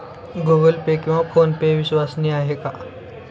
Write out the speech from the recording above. Google Pay किंवा PhonePe विश्वसनीय आहेत का?